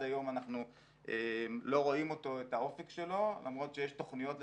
היום אנחנו לא רואים את האופק שלו למרות שיש תוכניות לסיום.